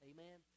Amen